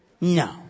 no